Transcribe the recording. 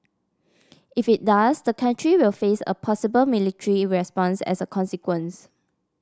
if it does the country will face a possible military response as a consequence